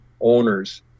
owners